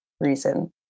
reason